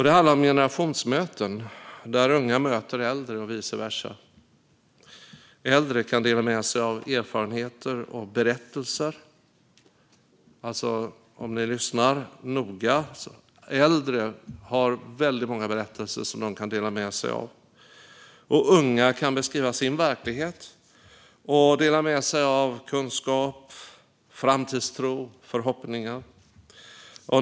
Det handlar om generationsmöten, där unga möter äldre och vice versa. Äldre kan dela med sig av erfarenheter och berättelser. Om ni lyssnar noga hör ni att äldre har väldigt många berättelser som de kan dela med sig av. Och unga kan beskriva sin verklighet och dela med sig av kunskap, framtidstro och förhoppningar.